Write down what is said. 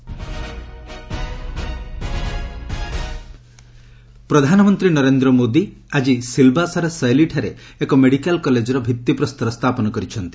PM Silvassa ପ୍ରଧାନମନ୍ତ୍ରୀ ନରେନ୍ଦ୍ର ମୋଦି ଆକି ସିଲ୍ବାସାର ସୟଲିଠାରେ ଏକ ମେଡିକାଲ୍ କଲେଜ୍ର ଭିଭିପ୍ରସ୍ତର ସ୍ଥାପନ କରିଛନ୍ତି